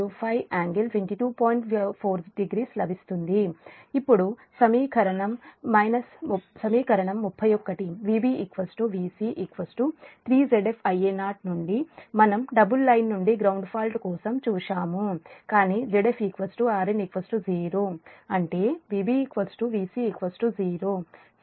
ఇప్పుడు సమీకరణం 31 Vb Vc 3Zf Ia0 నుండి మనం డబుల్ లైన్ నుండి గ్రౌండ్ ఫాల్ట్ కోసం చూశాము కానీ Zf Rn 0 అంటే Vb Vc 0